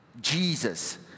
Jesus